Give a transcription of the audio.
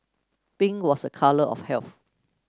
pink was a colour of health